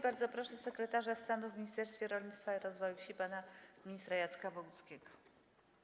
Bardzo proszę sekretarza stanu w Ministerstwie Rolnictwa i Rozwoju Wsi pana ministra Jacka Boguckiego.